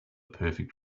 perfect